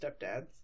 stepdads